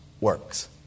works